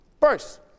First